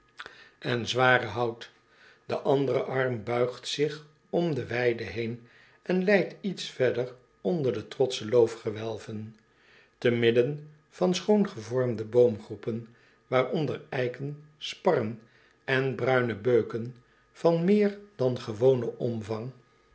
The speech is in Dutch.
potlood eel hout de andere arm buigt zich om de weide heen en leidt iets verder onder de trotsche loofgewelven te midden van schoongevormde boomgroepen waaronder eiken sparren en bruine beuken van meer dan gewonen omvang